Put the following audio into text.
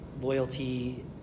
loyalty